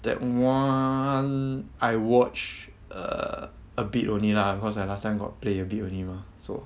that [one] I watch err a bit only lah cause I last time got play a bit only mah so